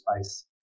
space